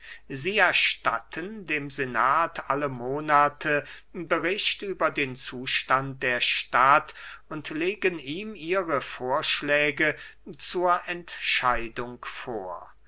sie erstatten dem senat alle monate bericht über den zustand der stadt und legen ihm ihre vorschläge zur entscheidung vor